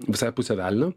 visai pusė velnio